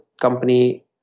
company